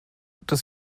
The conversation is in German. dass